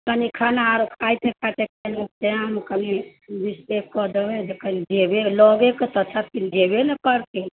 कनि खाना आर खायमे टाइम कनि विशेष कऽ देबै जखन जयबै लगेके तऽ छथिन जयबे ने करथिन